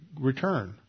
return